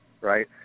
right